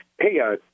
Hey